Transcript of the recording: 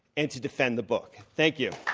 and to defend the book. thank you.